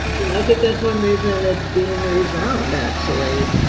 well, i think that's one reason it's being resound actually.